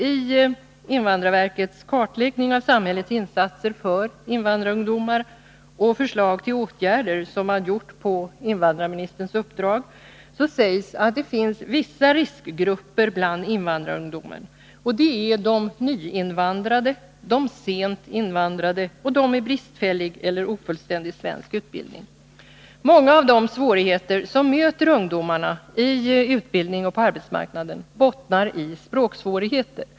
I invandrarverkets kartläggning av samhällets insatser för invandrarungdom och förslag till åtgärder, som man gjort på invandrarministerns uppdrag, sägs att det finns vissa riskgrupper bland invandrarungdomen, och det är de nyinvandrade, de sent invandrade och de med bristfällig eller ofullständig svensk utbildning. Många av de svårigheter som möter ungdomarna i utbildningen och på arbetsmarknaden bottnar i språksvårigheter.